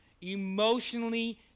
emotionally